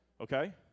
Okay